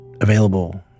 available